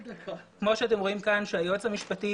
כמו שאתם רואים כאן, היועץ המשפטי